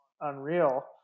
unreal